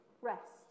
rest